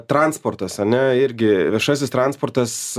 transportas ane irgi viešasis transportas